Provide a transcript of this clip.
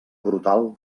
brutal